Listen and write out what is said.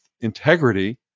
integrity